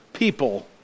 people